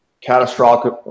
catastrophic